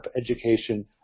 education